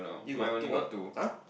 you got two on !huh!